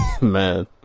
Man